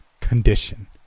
condition